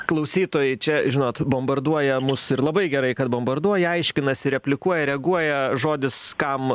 klausytojai čia žinot bombarduoja mus ir labai gerai kad bombarduoja aiškinasi replikuoja reaguoja žodis kam